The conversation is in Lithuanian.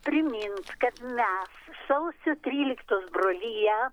primint kad me sausio tryliktos brolija